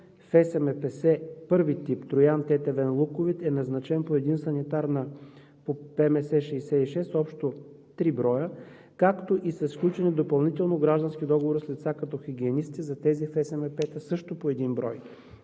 ФСМП първи тип Троян – Тетевен – Луковит, е назначен по един санитар по ПМС 66, общо три броя, както и са сключени допълнително граждански договори с лица като хигиенисти за тези ФСМП-та също по един брой.